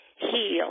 heal